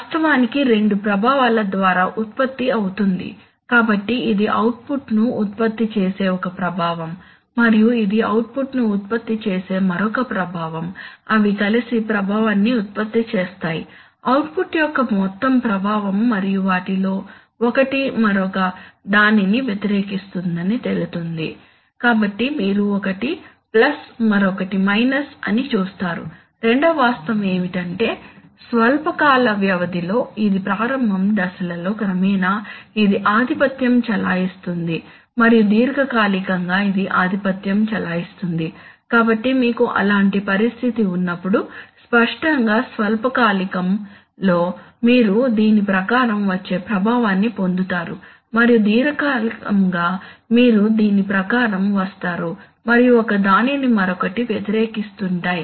వాస్తవానికి రెండు ప్రభావాల ద్వారా ఉత్పత్తి అవుతుంది కాబట్టి ఇది అవుట్పుట్ను ఉత్పత్తి చేసే ఒక ప్రభావం మరియు ఇది అవుట్పుట్ను ఉత్పత్తి చేసే మరొక ప్రభావం అవి కలిసి ప్రభావాన్ని ఉత్పత్తి చేస్తాయి అవుట్పుట్ యొక్క మొత్తం ప్రభావం మరియు వాటిలో ఒకటి మరొక దానిని వ్యతిరేకిస్తుందని తేలుతుంది కాబట్టి మీరు ఒకటి ప్లస్ మరొకటి మైనస్ అని చూస్తారు రెండవ వాస్తవం ఏమిటంటే స్వల్ప కాల వ్యవధిలో ఇది ప్రారంభ దశలలో కాలక్రమేణా ఇది ఆధిపత్యం చెలాయిస్తుంది మరియు దీర్ఘకాలికంగా ఇది ఆధిపత్యం చెలాయిస్తుంది కాబట్టి మీకు అలాంటి పరిస్థితి ఉన్నప్పుడు స్పష్టంగా స్వల్పకాలికం లో మీరు దీని ప్రకారం వచ్చే ప్రభావాన్ని పొందుతారు మరియు దీర్ఘకాలికం గా మీరు దీని ప్రకారం వస్తారు మరియు ఒకదానిని మరొకటి వ్యతిరేకిస్తుంటాయి